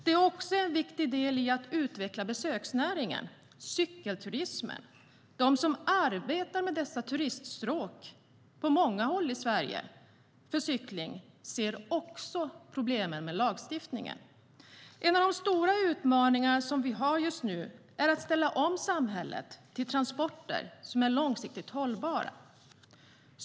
Det är också en viktig del i att utveckla besöksnäringen, cykelturismen. De som arbetar med dessa turiststråk för cykling på många håll i Sverige ser också problemen med lagstiftningen. En av de stora utmaningarna just nu är att ställa om samhället till transporter som är långsiktigt hållbara.